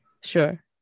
Sure